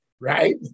right